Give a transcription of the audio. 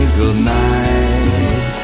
goodnight